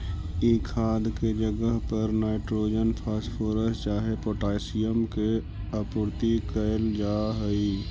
ई खाद के जगह पर नाइट्रोजन, फॉस्फोरस चाहे पोटाशियम के आपूर्ति कयल जा हई